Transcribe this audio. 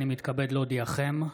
אני מתכבד להודיעכם,